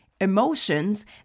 emotions